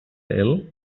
ill